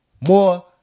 more